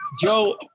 Joe